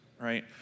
right